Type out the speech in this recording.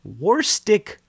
Warstick